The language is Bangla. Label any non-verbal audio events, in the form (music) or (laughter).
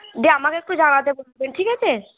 (unintelligible) দিয়ে আমাকে একটু জানাতে বলবেন ঠিক আছে